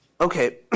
Okay